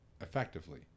effectively